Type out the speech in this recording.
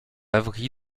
avery